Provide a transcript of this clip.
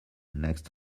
next